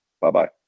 Bye-bye